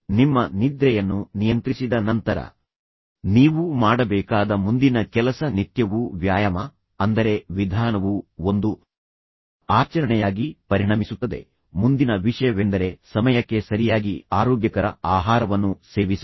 ನಿಮ್ಮ ನಿದ್ರೆಯನ್ನು ನಿಯಂತ್ರಿಸಿದ ನಂತರ ನೀವು ಮಾಡಬೇಕಾದ ಮುಂದಿನ ಕೆಲಸ ನಿತ್ಯವೂ ವ್ಯಾಯಾಮ ಅಂದರೆ ವಿಧಾನವು ಒಂದು ಆಚರಣೆಯಾಗಿ ಪರಿಣಮಿಸುತ್ತದೆ ಮುಂದಿನ ವಿಷಯವೆಂದರೆ ಸಮಯಕ್ಕೆ ಸರಿಯಾಗಿ ಆರೋಗ್ಯಕರ ಆಹಾರವನ್ನು ಸೇವಿಸುವುದು